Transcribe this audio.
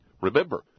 Remember